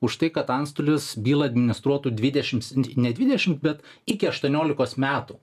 už tai kad antstolis bylą administruotų dvidešims ne dvidešim bet iki aštuoniolikos metų